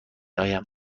آیم